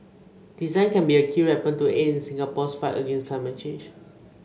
design can be a key weapon to aid in Singapore's fight against climate change